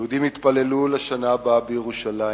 יהודים התפללו "לשנה הבאה בירושלים"